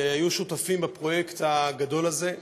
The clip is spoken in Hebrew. שהיו שותפים בפרויקט הגדול הזה.